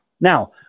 Now